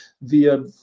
via